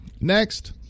Next